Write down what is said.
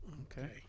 Okay